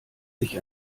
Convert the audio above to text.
sich